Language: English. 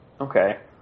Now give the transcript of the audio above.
Okay